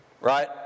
Right